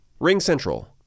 RingCentral